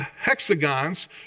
hexagons